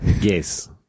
Yes